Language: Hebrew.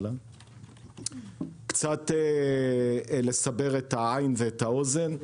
קצת לסבר את העין והאוזן.